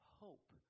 hope